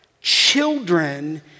Children